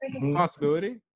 possibility